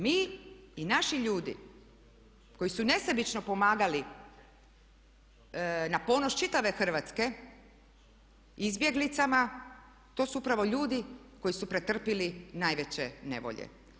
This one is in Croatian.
Mi i naši ljudi koji su nesebično pomagali na ponos čitave Hrvatske izbjeglicama to su upravo ljudi koji su pretrpjeli najveće nevolje.